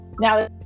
Now